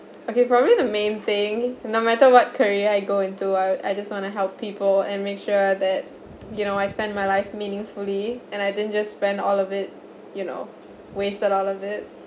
okay probably the main thing no matter what career I go into I I just want to help people and make sure that you know I spend my life meaningfully and I didn't just spend all of it you know wasted all of it